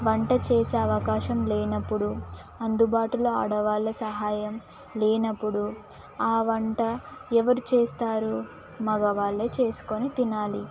వంట చేసే అవకాశం లేనప్పుడు అందుబాటులో ఆడవాళ్ళ సహాయం లేనప్పుడు ఆ వంట ఎవరు చేస్తారు మగవాళ్ళే చేసుకొని తినాలి